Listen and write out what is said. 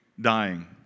dying